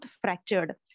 fractured